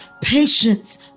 patience